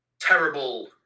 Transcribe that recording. terrible